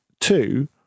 two